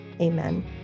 Amen